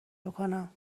بکنم